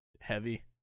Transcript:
heavy